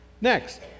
Next